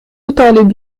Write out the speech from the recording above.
طالب